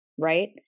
right